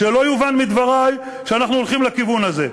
שלא יובן מדברי שאנחנו הולכים לכיוון הזה.